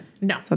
No